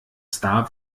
star